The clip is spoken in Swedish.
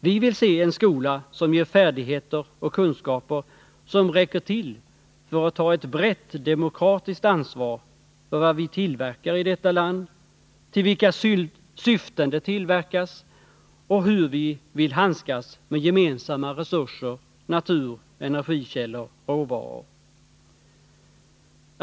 Vi vill se en skola som ger färdigheter och kunskaper som räcker till för att ta ett brett, demokratiskt ansvar för vad vi tillverkar i detta land, till vilka syften det tillverkas och hur vi vill handskas med gemensamma resurser, natur, energikällor, råvaror.